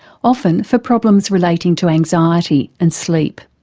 often for problems relating to anxiety and sleep.